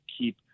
keep